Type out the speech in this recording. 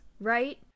right